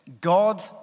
God